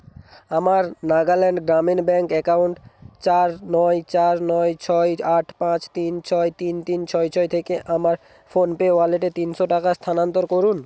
আমার Nagaland Grameen bank account চার নয় চার নয় ছয় আট পাঁচ তিন ছয় তিন তিন ছয় ছয় থেকে আমার ফোনপে ওয়ালেটে তিনশো টাকা স্থানান্তর করুন